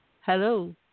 hello